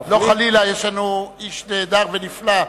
חלילה, יש לנו איש נהדר ונפלא,